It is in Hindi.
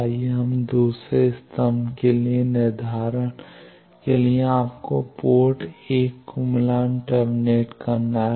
आइए हम दूसरा देखें दूसरे स्तंभ के निर्धारण लिए आपको पोर्ट 1 को मिलान टर्मिनेट करना है